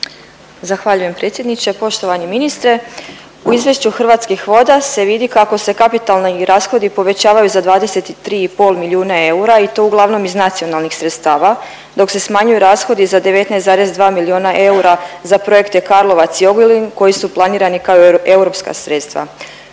Zahvaljujem predsjedniče. Poštovani ministre u izvješću Hrvatskih voda se vidi kako se kapitalni rashodi povećaju za 23,5 milijuna eura i to uglavnom iz nacionalnih sredstava dok se smanjuju rashodi za 19,2 milijuna eura za projekte Karlovac i Ogulin koji su planirani kao europska sredstva.